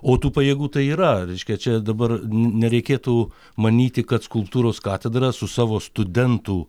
o tų pajėgų tai yra reiškia čia dabar nereikėtų manyti kad skulptūros katedra su savo studentų